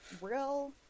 real